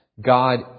God